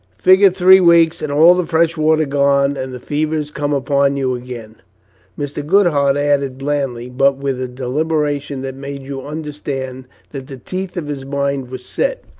figure three weeks, and all the fresh water gone, and the fever has come upon you again mr. goodhart added blandly, but with a deliberation that made you understand that the teeth of his mind were set,